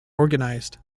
organized